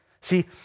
See